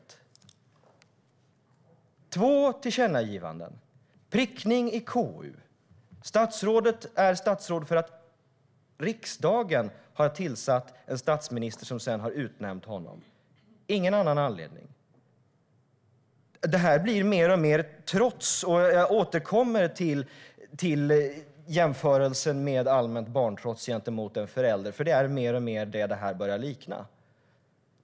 Det handlar om två tillkännagivanden, om prickning i KU, om att statsrådet är statsråd för att riksdagen har tillsatt en statsminister som sedan har utnämnt honom, inte av någon annan anledning. Det här blir mer och mer en fråga om trots. Jag återkommer till jämförelsen med allmänt barntrots gentemot en förälder, för det här börjar allt mer likna det.